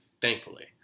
thankfully